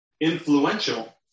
influential